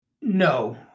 No